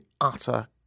utter